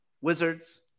Wizards